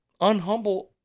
unhumble